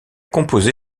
composé